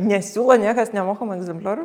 nesiūlo niekas nemokamų egzempliorių